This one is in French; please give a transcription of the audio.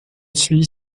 suis